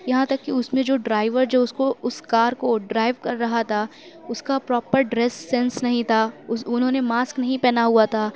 یہاں تک کہ اُس میں جو ڈرائیور اُس کو اُس کار کو ڈرائیو کر رہا تھا اُس کا پراپر ڈریس سینس نہیں تھا اُس انہوں نے ماسک نہیں پہنا ہُوا تھا